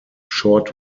short